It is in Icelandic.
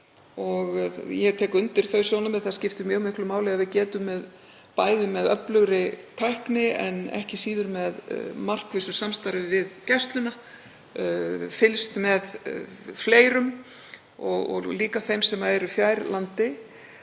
og ég tek undir þau sjónarmið. Það skiptir mjög miklu máli að við getum með öflugri tækni, en ekki síður með markvissu samstarfi við Gæsluna, fylgst með fleirum og líka þeim sem eru fjær landi.